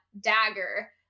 dagger